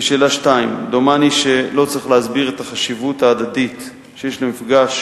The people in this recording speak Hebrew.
2. דומני שלא צריך להסביר את החשיבות ההדדית שיש למפגש